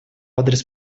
адрес